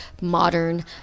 modern